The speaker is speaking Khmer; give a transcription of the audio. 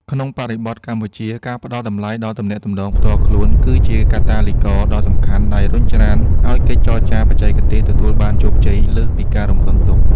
នៅក្នុងបរិបទកម្ពុជា ការផ្តល់តម្លៃដល់ទំនាក់ទំនងផ្ទាល់ខ្លួន គឺជាកាតាលីករដ៏សំខាន់ដែលរុញច្រានឱ្យកិច្ចចរចាបច្ចេកទេសទទួលបានជោគជ័យលើសពីការរំពឹងទុក។